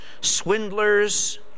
swindlers